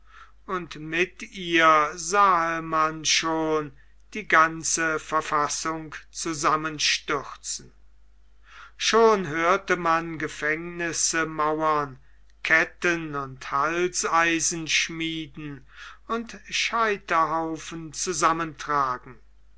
und mit ihr sah man schon die ganze verfassung zusammenstürzen schon hörte man gefängnisse mauern ketten und halseisen schmieden und scheiterhaufen zusammentragen